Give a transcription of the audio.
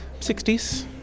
60s